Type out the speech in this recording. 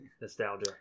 nostalgia